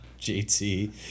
JT